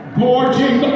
gorging